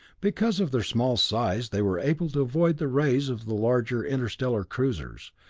because of their small size, they were able to avoid the rays of the larger interstellar cruisers,